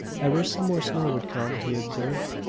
i wish some more snow would come, he observed.